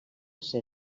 ser